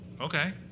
okay